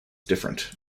different